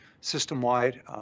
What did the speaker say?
system-wide